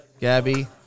Gabby